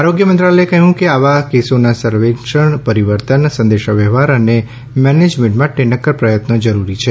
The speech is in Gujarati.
આરોગ્ય મંત્રાલયે કહ્યું કે આવા કેસોના સર્વેલન્સ પરિવર્તન સંદેશાવ્યવહાર અને મેનેજમેન્ટ માટે નક્કર પ્રયત્નો જરૂરી છે